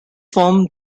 forms